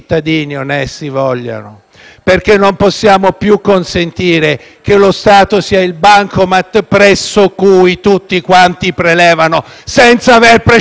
perché non possiamo più consentire che lo Stato sia il bancomat presso cui tutti quanti prelevano senza aver precedentemente depositato!